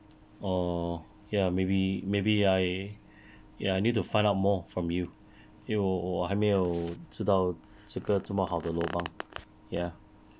orh ya maybe maybe I ya need to find out more from you 因为我还没有知道这个这么好的 lobang ya